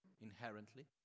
inherently